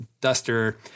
Duster